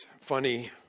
funny